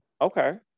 okay